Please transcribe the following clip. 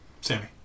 Sammy